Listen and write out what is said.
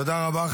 תודה רבה.